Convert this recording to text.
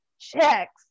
checks